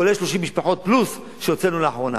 כולל 30 משפחות פלוס שהוצאנו לאחרונה.